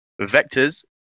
vectors